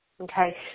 okay